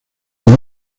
con